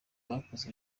bakoze